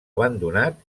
abandonat